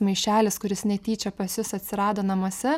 maišelis kuris netyčia pas jus atsirado namuose